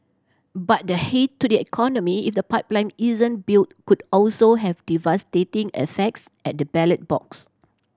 but the hit to the economy if the pipeline isn't built could also have devastating effects at the ballot box